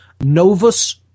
novus